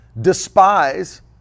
despise